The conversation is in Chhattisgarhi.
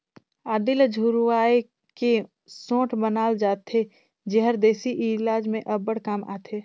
आदी ल झुरवाए के सोंठ बनाल जाथे जेहर देसी इलाज में अब्बड़ काम आथे